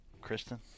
Kristen